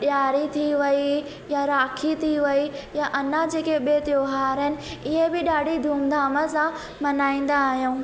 ॾियारी थी वई या राखी थी वई या अञा जेके ॿिए त्योहार आहिनि इहे बि ॾाढी धूम धाम सां मल्हाईंदा आहियूं